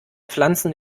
pflanzen